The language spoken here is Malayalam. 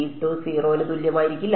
0 ന് തുല്യമായിരിക്കില്ല